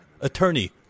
attorney